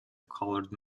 colored